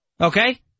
Okay